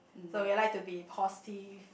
so you would like to be positive